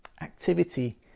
activity